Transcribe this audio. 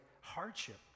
hardship